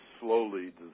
slowly